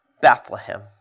Bethlehem